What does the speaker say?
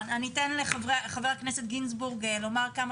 אני אתן לחבר הכנסת גינזבורג לומר כמה